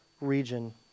region